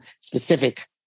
specific